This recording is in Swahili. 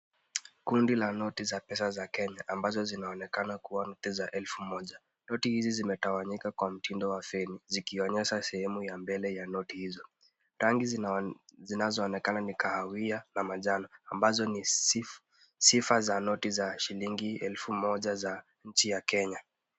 Kundi la noti za pesa za Kenya ambazo zinaonekana kuwa noti za elfu moja. Noti hizi zimetawanyika kwa mtindo wa feni zikionyesha sehemu ya mbele ya noti hizo. Rangi zinaonekana ni kahawia na manjano, ambazo ni sifa za noti za shilingi elfu moja za nchi ya Kenya.